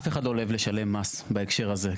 אף אחד לא אוהב לשלם מס בהקשר הזה,